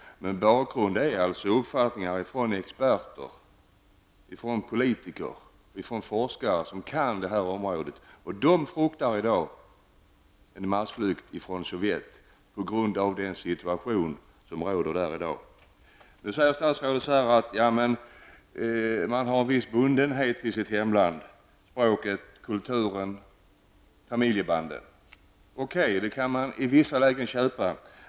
Men bakgrunden är uppfattningar från experter, från politiker och från forskare som kan det här området. Och de fruktar i dag en massflykt från Sovjetunionen på grund av den situation som råder där i dag. Nu säger statsrådet att människor har en viss bundenhet till sitt hemland, språket, kulturen och familjebanden. Okej, det kan man i vissa lägen köpa.